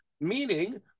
meaning